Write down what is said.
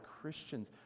Christians